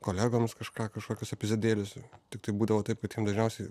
kolegoms kažką kažkokius epizodėlius tiktai būdavo taip kad jiem dažniausiai